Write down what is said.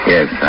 Yes